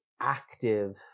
active